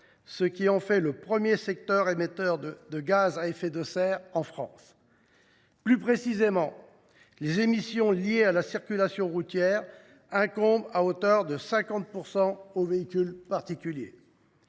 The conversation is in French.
ce qui en fait le premier émetteur de gaz à effet de serre en France. Plus précisément, 54 % des émissions liées à la circulation routière sont produites par les véhicules particuliers.